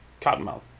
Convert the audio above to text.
Cottonmouth